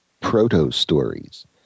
proto-stories